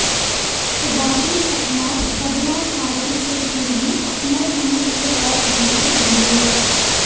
राजीव अपनार सबला कार्यशील पूँजी अपनार नया व्यवसायत लगइ दीले